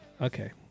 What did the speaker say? okay